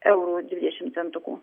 eurų dvidešim centukų